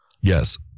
Yes